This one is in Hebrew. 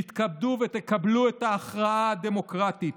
תתכבדו ותקבלו את ההכרעה הדמוקרטית.